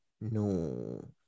No